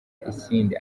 ikindi